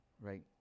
right